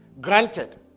Granted